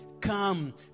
come